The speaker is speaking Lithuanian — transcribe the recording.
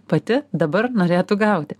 pati dabar norėtų gauti